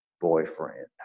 boyfriend